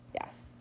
Yes